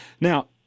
Now